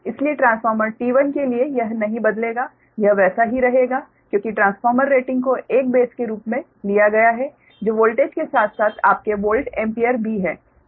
इसलिए transformer T1 के लिए यह नहीं बदलेगा यह वैसा ही रहेगा क्योंकि ट्रांसफॉर्मर रेटिंग को एक बेस के रूप में लिया गया है जो वोल्टेज के साथ साथ आपके वोल्ट एम्पीयर भी है